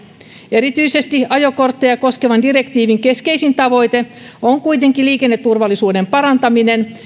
erityisesti ajokortteja koskevan direktiivin keskeisin tavoite on kuitenkin liikenneturvallisuuden parantaminen